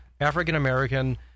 African-American